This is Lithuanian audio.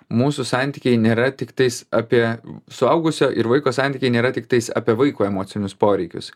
mūsų santykiai nėra tiktais apie suaugusio ir vaiko santykiai nėra tiktais apie vaiko emocinius poreikius